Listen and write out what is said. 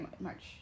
March